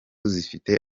zifite